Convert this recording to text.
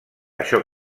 això